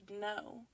no